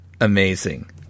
amazing